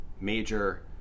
major